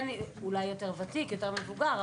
גם